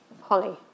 Holly